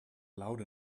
loud